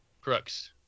crooks